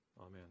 Amen